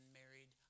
married